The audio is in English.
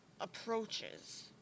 approaches